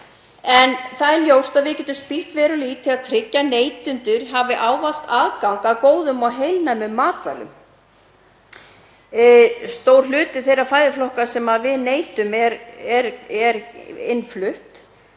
en það er ljóst að við getum spýtt verulega í til að tryggja að neytendur hafi ávallt aðgang að góðum og heilnæmum matvælum. Stór hluti þeirra fæðuflokka sem við neytum er innfluttur